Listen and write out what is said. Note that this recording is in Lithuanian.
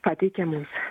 pateikė mums